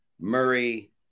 Murray